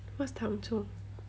what's 汤种